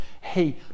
hey